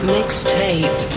Mixtape